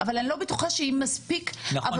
אבל אני לא בטוחה שהעבודה מספיק --- נכון,